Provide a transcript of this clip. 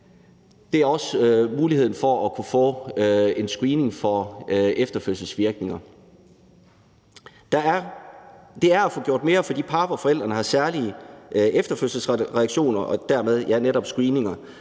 det er også muligheden for at kunne få en screening for efterfødselsvirkninger. Det er at få gjort mere for de par, hvor forældrene har særlige efterfødselsreaktioner. Det handler